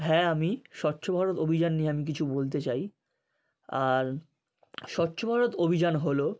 হ্যাঁ আমি স্বচ্ছ ভারত অভিযান নিয়ে আমি কিছু বলতে চাই আর স্বচ্ছ ভারত অভিযান হলো